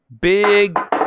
big